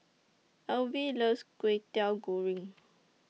Elvie loves Kway Teow Goreng